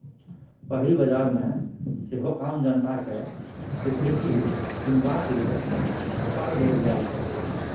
पहिल बजार मे सेहो आम जनता केँ सिक्युरिटी कीनबाक लेल हकार देल जाइ छै